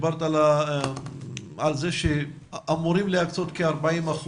אמרת שאמורים להקצות כ-40%.